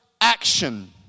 action